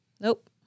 Nope